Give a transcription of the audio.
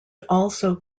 also